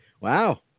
Wow